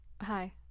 Hi